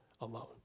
alone